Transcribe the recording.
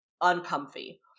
uncomfy